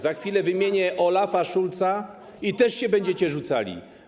Za chwilę wymienię Olafa Scholza i też się będziecie rzucali.